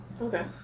Okay